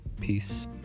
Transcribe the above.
peace